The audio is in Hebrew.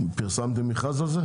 פרסמתם מכרז על זה?